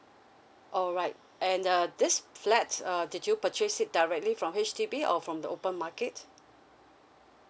alright and uh this flat err did you purchase it directly from H_D_B or from the open market